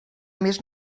més